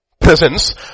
presence